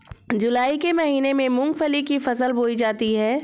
जूलाई के महीने में मूंगफली की फसल बोई जाती है